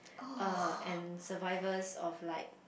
err and survivors of like